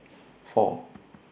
four